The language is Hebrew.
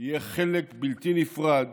יהיה חלק בלתי נפרד